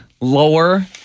lower